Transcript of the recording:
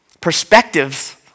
perspectives